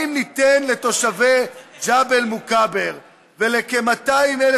האם ניתן לתושבי ג'בל מוכבר ולכ-200,000